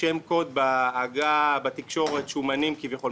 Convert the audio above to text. שם קוד בתקשורת לשומנים, כביכול.